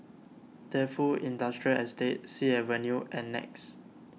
Defu Industrial Estate Sea Avenue and Nex